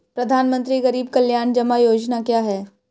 प्रधानमंत्री गरीब कल्याण जमा योजना क्या है?